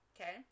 Okay